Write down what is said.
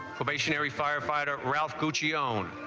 stationary firefighter ralph pucci own,